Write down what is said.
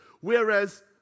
whereas